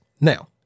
Now